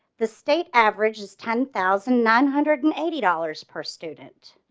the state average is ten thousand nine hundred and eighty dollars per student.